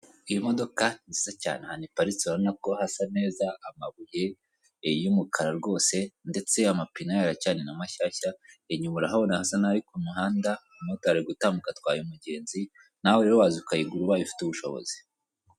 Iyi modoka ni nziza cyane ahantu iparitse urabona ko hasa neza amabuye y'umukara ndetse amapine yayo aracyari na mashyashya, inyuma urahabona hasa naho ari ku muhanda , umumotari ari gutambuka atwaye umugenzi, nawe rero waza ukayigura ubaye ufite ubushobozi.